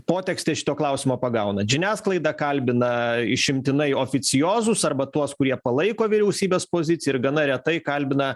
potekstę šito klausimo pagaunat žiniasklaida kalbina išimtinai oficiozus arba tuos kurie palaiko vyriausybės poziciją ir gana retai kalbina